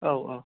औ औ